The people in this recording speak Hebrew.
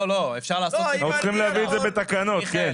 הולכים להעביר את זה בתקנות, כן.